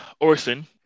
Orson